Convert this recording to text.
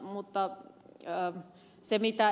mutta mitä ed